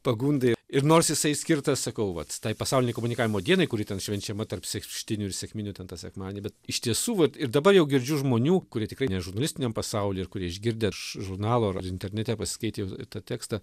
pagundai ir nors jisai skirtas sakau vat tai pasaulinei komunikavimo dienai kuri ten švenčiama tarp šeštinių ir sekminių ten tą sekmadienį bet iš tiesų vat ir dabar jau girdžiu žmonių kurie tikrai ne žurnalistiniam pasaulyje kurie išgirdę iš žurnalų ir internete pasiskaitę jau tą tekstą